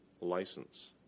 license